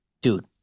dude